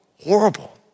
horrible